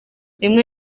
rimwe